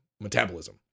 metabolism